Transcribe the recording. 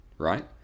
right